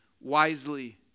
wisely